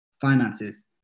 finances